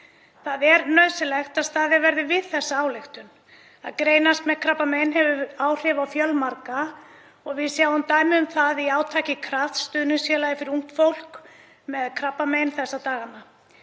Það er nauðsynlegt að staðið verði við þessa ályktun; að greinast með krabbamein hefur áhrif á fjölmarga og við sjáum dæmi um það í átaki Krafts, stuðningsfélags fyrir ungt fólk með krabbamein, þessa dagana.